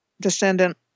descendant